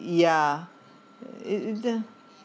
yeah it either